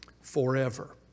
forever